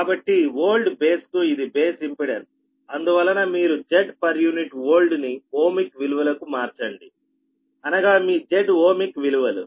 కాబట్టి old base కు ఇది బేస్ ఇంపెడెన్స్ అందువలన మీరు Zpu old ని ఓమిక్ విలువలకు మార్చండి అనగా మీ Z ఓమిక్ విలువలు